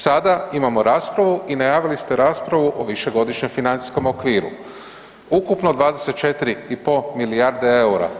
Sada imamo raspravu i najavili ste raspravu o višegodišnjem financijskom okviru, ukupno 24,5 milijarde eura.